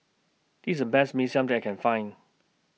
This IS The Best Mee Siam that I Can Find